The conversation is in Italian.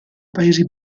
paesi